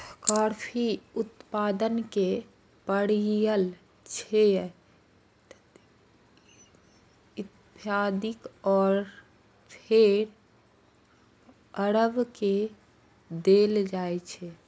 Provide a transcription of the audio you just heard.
coffee उत्पादन के पहिल श्रेय इथियोपिया आ फेर अरब के देल जाइ छै